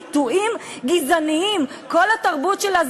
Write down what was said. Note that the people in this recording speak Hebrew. שקיפות הדיונים בפרוטוקולים ברשות ההגבלים,